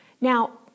Now